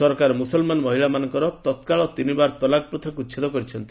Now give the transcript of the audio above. ସରକାର ମୁସଲମାନ ମହିଳାମାନଙ୍କ ପାଇଁ ତତ୍କାଳ ତିନିବାର ତଲାକ ପ୍ରଥାକୁ ଉଚ୍ଛେଦ କରିଛନ୍ତି